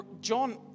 John